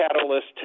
catalyst